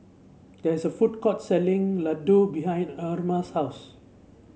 there is a food court selling Ladoo behind Erma's house